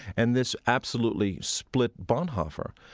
and this absolutely split bonhoeffer.